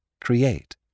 create